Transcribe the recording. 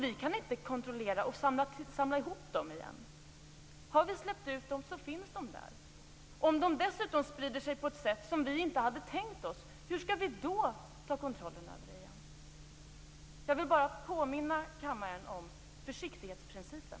Vi kan inte kontrollera och samla ihop dem igen. Har vi släppt ut dem så finns de där. Om de dessutom sprider sig på ett sätt som vi inte hade tänkt oss, hur skall vi då ta kontroll över det igen? Jag vill bara påminna kammaren om försiktighetsprincipen.